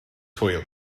hwyl